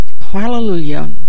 Hallelujah